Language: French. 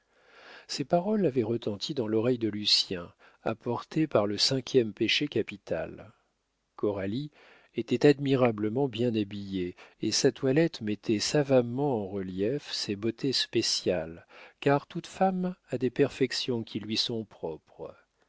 ces paroles avaient retenti dans l'oreille de lucien apportées par le cinquième péché capital coralie était admirablement bien habillée et sa toilette mettait savamment en relief ses beautés spéciales car toute femme a des perfections qui lui sont propres